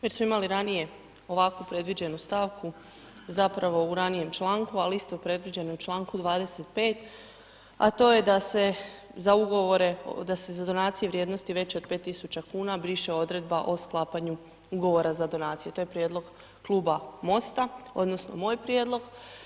Već smo imali ranije ovakvu predviđenu stavku zapravo u ranijem članku ali isto je predviđeno u članku 25. a to ej da se za ugovore, da se za donacije u vrijednosti veće od 5000 kuna briše odredba o sklapanju ugovora za donaciju, to je prijedlog kluba MOST-a, odnosno moj prijedlog.